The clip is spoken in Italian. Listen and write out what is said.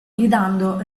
gridando